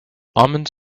omens